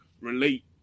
relate